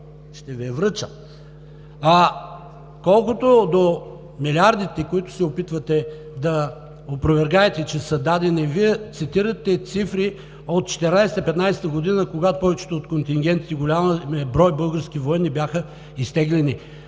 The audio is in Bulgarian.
ще Ви я връча. Колкото до милиардите, които се опитвате да опровергаете, че са дадени, Вие цитирате цифри от 2014 – 2015 г., когато повечето от контингентите, големият брой български военни бяха изтеглени.